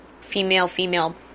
female-female